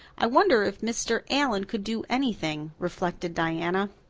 i wonder if mr. allan could do anything, reflected diana.